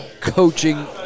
coaching